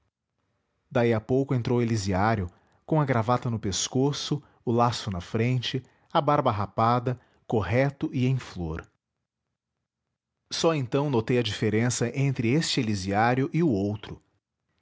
daí a pouco entrou elisiário com a gravata no pescoço o laço na frente a barba rapada correto e em flor só então notei a diferença entre este elisiário e o outro